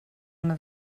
una